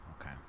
okay